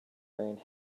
wearing